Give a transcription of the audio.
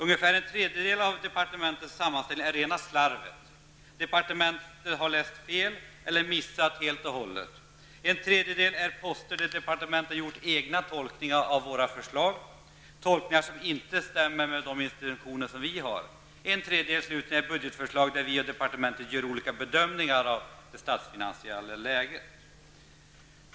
Ungefär en tredjedel av departementets sammanställning är rent slarv. Departementets representanter har läst fel eller missat saker helt och hållet. En tredjedel gäller punkter där man i departementet har gjort egna tolkningar av våra förslag, tolkningar som inte stämmer överens med våra intentioner. En tredjedel slutligen gäller förslag där vi och departementet har gjort olika bedömningar av det statsfinansiella läget.